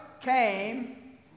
came